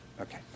Okay